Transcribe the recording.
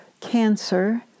Cancer